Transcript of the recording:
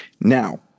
Now